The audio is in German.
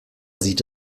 sieht